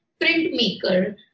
printmaker